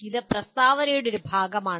അത് പ്രസ്താവനയുടെ ഒരു ഭാഗമാണ്